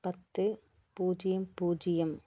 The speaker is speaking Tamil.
பத்து பூஜ்ஜியம் பூஜ்ஜியம்